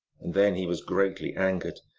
then he was greatly angered,